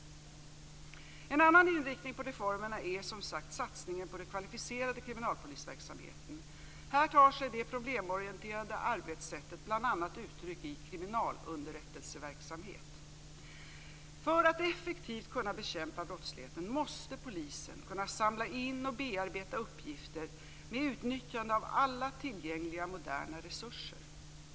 En annan inriktning på reformerna är som sagt satsningen på den kvalificerade kriminalpolisverksamheten. Här tar sig det problemorienterade arbetssättet bl.a. uttryck i kriminalunderrättelseverksamhet. För att effektivt kunna bekämpa brottsligheten måste polisen kunna samla in och bearbeta uppgifter med utnyttjande av alla tillgängliga moderna resurser.